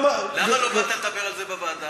למה לא באת לדבר על זה בוועדה?